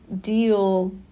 deal